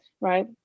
right